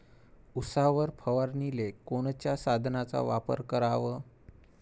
उसावर फवारनीले कोनच्या साधनाचा वापर कराव?